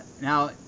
Now